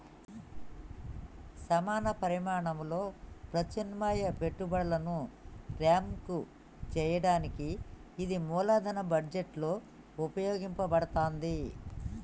సమాన పరిమాణంలో ప్రత్యామ్నాయ పెట్టుబడులను ర్యాంక్ చేయడానికి ఇది మూలధన బడ్జెట్లో ఉపయోగించబడతాంది